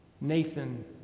Nathan